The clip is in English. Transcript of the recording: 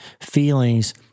Feelings